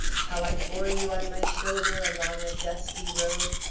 how i bore you on my shoulder along a dusty road,